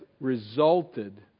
resulted